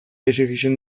exijitzen